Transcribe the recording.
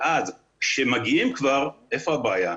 כשכבר מגיעים, איפה הבעיה?